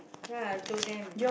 ya I jio them